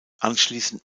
anschließend